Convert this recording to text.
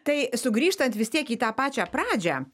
tai sugrįžtant vis tiek į tą pačią pradžią